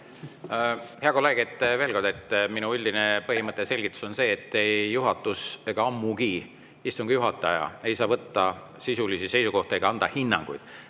Hea kolleeg! Veel kord, minu üldine põhimõte ja selgitus on see, et ei juhatus ega ammugi istungi juhataja ei saa võtta sisulisi seisukohti ega anda hinnanguid